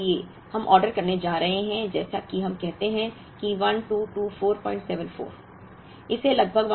अब उदाहरण के लिए हम ऑर्डर करने जा रहे हैं जैसे कि हम कहते हैं कि 122474